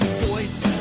voice